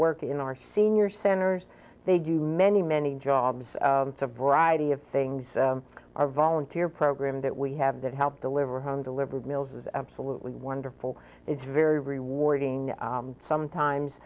work in our senior centers they do many many jobs the variety of things our volunteer program that we have that help deliver home delivered mills is absolutely wonderful it's very rewarding sometimes